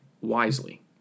wisely